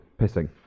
pissing